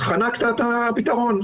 חנקת את הפתרון.